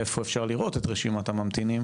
איפה אפשר לראות את רשימת הממתינים